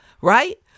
right